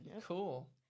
Cool